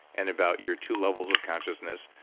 and about your two levels of consciousness,